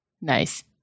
nice